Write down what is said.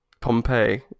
Pompeii